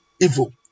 evil